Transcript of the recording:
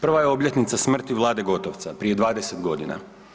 Prva je obljetnica smrti Vlade Gotovca, prije 20 godina.